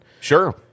Sure